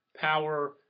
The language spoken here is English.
power